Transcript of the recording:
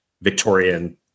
Victorian